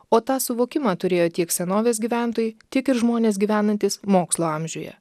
o tą suvokimą turėjo tiek senovės gyventojai tiek ir žmonės gyvenantys mokslo amžiuje